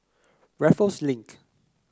Raffles Link